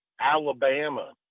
Alabama